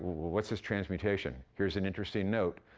what's this transmutation? here's an interesting note.